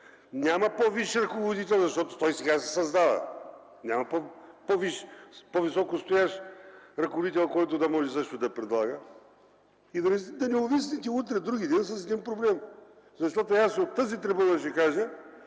няма по-висш ръководител, защото той сега се създава. Няма по-високо стоящ ръководител, който да може също да предлага. И да не увиснете утре, другиден с един проблем?! От тази трибуна ще кажа,